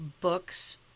books